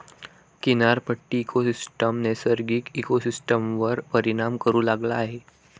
किनारपट्टी इकोसिस्टम नैसर्गिक इकोसिस्टमवर परिणाम करू लागला आहे